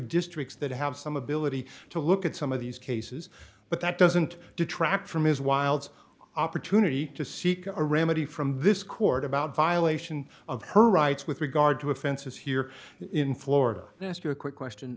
districts that have some ability to look at some of these cases but that doesn't detract from his wilde's opportunity to seek a remedy from this court about violation of her rights with regard to offenses here in florida they ask you a quick question